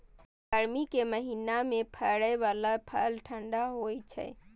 गर्मी के महीना मे फड़ै बला फल ठंढा होइ छै